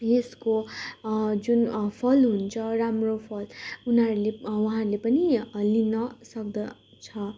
यसको जुन फल हुन्छ राम्रो फल उनीहरूले उहाँहरूले पनि लिनसक्दछ